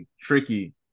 tricky